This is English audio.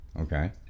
Okay